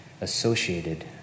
associated